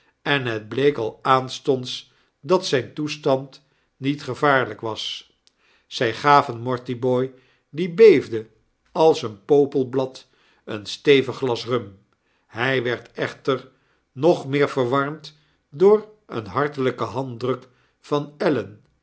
en het bleek al aanstonds dat zyn toestand niet gevaarlijk was zy gaven mortibooi die beefde als een popelblad een stevig glas rum hy werd echter nog meer verwarmd door een hartelyken handdruk van ellen